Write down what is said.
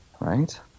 right